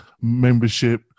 membership